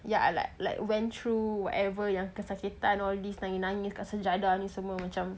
yeah I like like went through whatever yang kesakitan all this nangis nangis kat sejadah ni semua macam